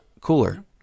cooler